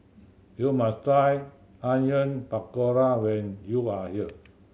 you must try Onion Pakora when you are here